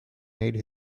made